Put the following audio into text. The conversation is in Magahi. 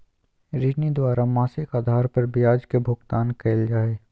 ऋणी द्वारा मासिक आधार पर ब्याज के भुगतान कइल जा हइ